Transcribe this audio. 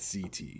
CT